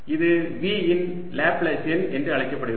இது V இன் Laplacian என்று அழைக்கப்படுகிறது